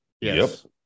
yes